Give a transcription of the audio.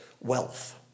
wealth